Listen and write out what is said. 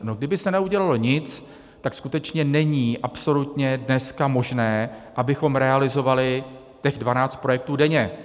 No, kdyby se neudělalo nic, tak skutečně není absolutně dneska možné, abychom realizovali těch dvanáct projektů denně.